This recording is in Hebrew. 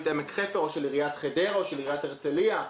עמק חפר או של עיריית חדרה או של עיריית הרצליה?